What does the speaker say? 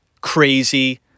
Crazy